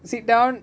sit down